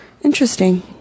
Interesting